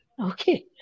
Okay